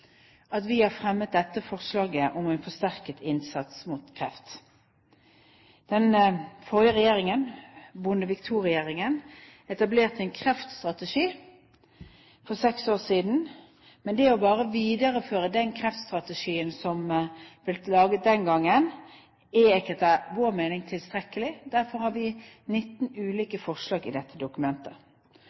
at vi har fremmet dette forslaget om en forsterket innsats mot kreft. Den forrige Bondevik-regjeringen, Bondevik II-regjeringen, etablerte en kreftstrategi for seks år siden. Men bare å videreføre den kreftstrategien som vi laget den gangen, er etter vår mening ikke tilstrekkelig. Derfor har vi 19 ulike forslag i dette dokumentet.